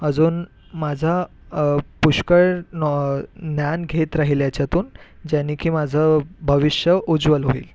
अजून माझा पुष्कळ नो ज्ञान घेत राहील याच्यातून ज्याने की माझं भविष्य उज्ज्वल होईल